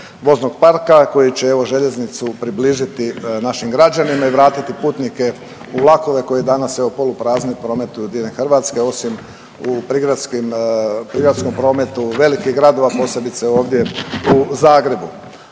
voznog parka koji će evo željeznicu približiti našim građanima i vratiti putnike u vlakove koji danas evo poluprazni prometuju diljem Hrvatske osim u prigradskom prometu velikih gradova posebice ovdje u Zagrebu.